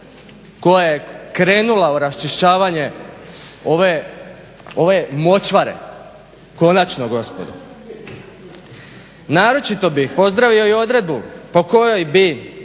koja je krenula u raščišćavanje ove močvare, konačno gospodo. Naročito bih pozdravio i odredbu po kojoj bi